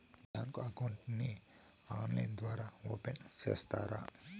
Bank account ని online ద్వారా open సేస్తారా?